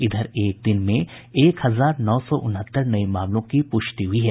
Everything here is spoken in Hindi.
इधर एक दिन में एक हजार नौ सौ उनहत्तर नये मामलों की पुष्टि हुई है